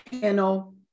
panel